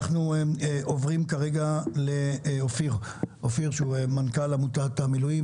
נשמע עכשיו את אופיר כהן שהוא מנכ"ל עמותת המילואים.